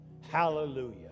hallelujah